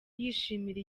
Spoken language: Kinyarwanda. yishimira